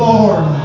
Lord